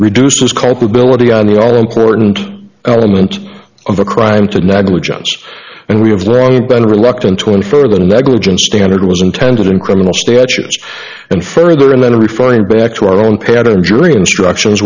reduces culpability on the all important element of a crime to negligence and we have around better reluctant to infer the negligence standard was intended in criminal statutes and further and then referring back to our own pattern jury instructions